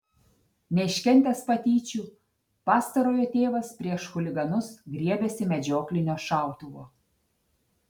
neiškentęs patyčių pastarojo tėvas prieš chuliganus griebėsi medžioklinio šautuvo